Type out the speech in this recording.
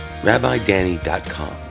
rabbidanny.com